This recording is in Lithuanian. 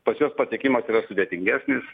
pas juos patekimas yra sudėtingesnis